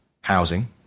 housing